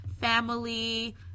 family